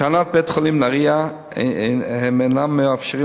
לטענת בית-החולים "נהרייה" הם אינם מאפשרים